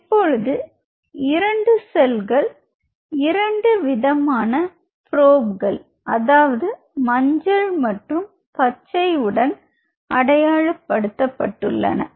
இப்பொழுது இரண்டு செல்கள் இரண்டு விதமான ப்ரொப் அதாவது மஞ்சள் மற்றும் பச்சை உடன் அடையாளப் படுத்தப்பட்டுள்ளன